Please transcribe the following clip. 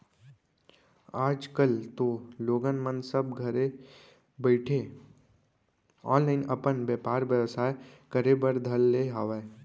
आज कल तो लोगन मन सब घरे बइठे ऑनलाईन अपन बेपार बेवसाय करे बर धर ले हावय